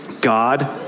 God